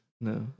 No